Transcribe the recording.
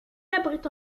abrite